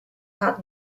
had